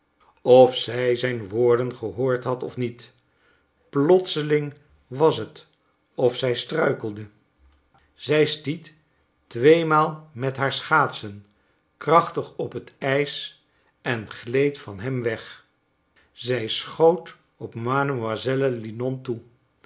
of zij zijn woorden gehoord had of niet plotseling was het of zij struikelde zij stiet tweemaal met haar schaatsen krachtig op het ijs en gleed van hem weg zij schoot op